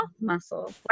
muscle